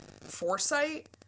foresight